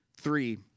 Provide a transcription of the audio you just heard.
three